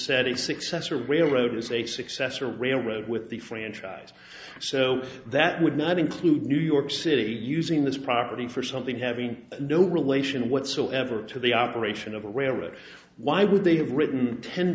a successor railroad as a successor railroad with the franchise so that would not include new york city using this property for something having no relation whatsoever to the operation of a railroad why would they have written ten